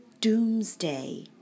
Doomsday